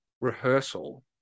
rehearsal